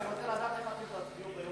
אני רוצה לדעת איך אתם תצביעו ביום